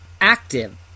active